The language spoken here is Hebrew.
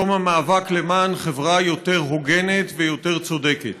יום המאבק למען חברה יותר הוגנת ויותר צודקת.